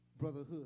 Brotherhood